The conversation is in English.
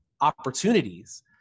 opportunities